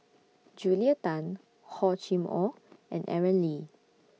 Julia Tan Hor Chim Or and Aaron Lee